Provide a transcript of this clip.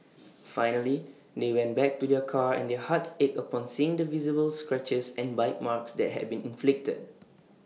finally they went back to their car and their hearts ached upon seeing the visible scratches and bite marks that had been inflicted